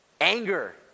Anger